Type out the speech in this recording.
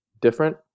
different